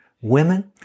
women